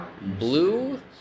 blue